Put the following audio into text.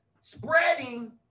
spreading